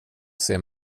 ser